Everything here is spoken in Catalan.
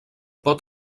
pot